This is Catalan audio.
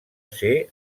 ser